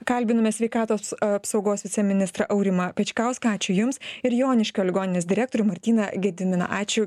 kalbiname sveikatos apsaugos viceministrą aurimą pečkauską ačiū jums ir joniškio ligoninės direktorių martyną gediminą ačiū